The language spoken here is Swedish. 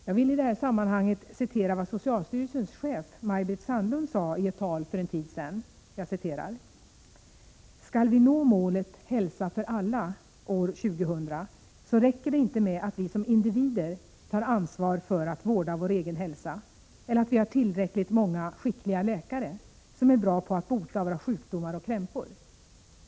Jag vill i detta sammanhang citera vad socialstyrelsens chef Maj-Britt Sandlund sade i ett tal för en tid sedan: ”Skall vi nå målet ”hälsa för alla år 2000” så räcker det inte med att vi som individer tar ansvar för att vårda vår egen hälsa eller att vi har tillräckligt många skickliga läkare som är bra på att bota våra sjukdomar och krämpor.